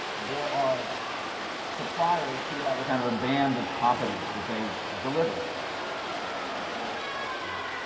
there are suppliers who have a kind of band of competence that they deliver at various price points,